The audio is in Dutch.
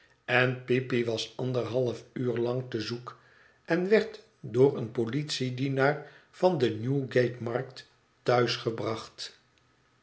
en peepy was anderhalf uur lang te zoek en werd door een politiedienaar van de newgate markt thuis gebracht